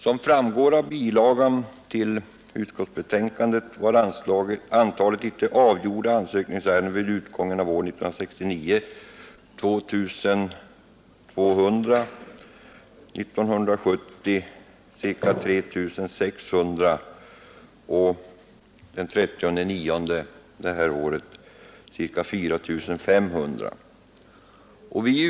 Som framgår av bilagan till utskottsbetänkandet var antalet icke avgjorda ansökningsärenden ca 2 200 vid utgången av år 1969, ca 3 600 år 1970 och ca 4 500 den 30 september i år.